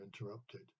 interrupted